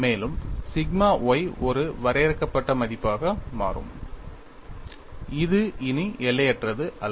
மேலும் sigma y ஒரு வரையறுக்கப்பட்ட மதிப்பாக மாறும் இது இனி எல்லையற்றது அல்ல